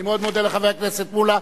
אני מאוד מודה לחבר הכנסת מולה.